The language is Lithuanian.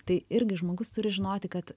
tai irgi žmogus turi žinoti kad